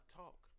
talk